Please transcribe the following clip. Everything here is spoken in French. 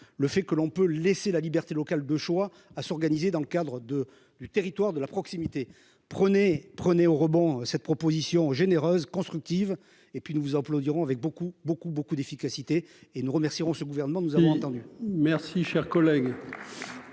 le fait que l'on peut laisser la liberté locale de choix à s'organiser dans le cadre de du territoire de la proximité. Prenez, prenez au rebond cette proposition généreuse constructive et puis nous vous applaudiront avec beaucoup beaucoup beaucoup d'efficacité et nous remercieront ce gouvernement nous avons entendu. Merci cher collègue.